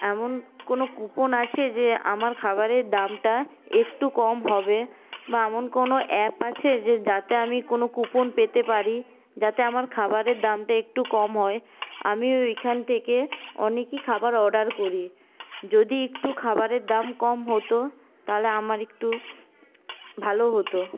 এমন কোনো কুপন আছে যে আমার খাবারের দামটা একটু কম হবে বা এমন কোনো অ্যাপ আছে যে যাতে আমি কোনো কুপন পেতে পারি যাতে আমার খাবারের দামটা একটু কম হয় আমি ওইখান থেকে অনেকই খাবার অর্ডার করি যদি একটু খাবারের দাম কম হত তাহলে আমার একটু ভালো হত